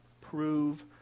prove